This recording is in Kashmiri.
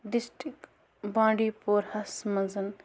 ڈِسٹِرٛک بانٛڈی پورہَس مَنٛز